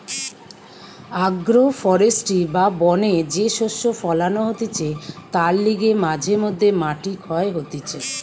agro forestry বা বনে যে শস্য ফোলানো হতিছে তার লিগে মাঝে মধ্যে মাটি ক্ষয় হতিছে